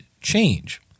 change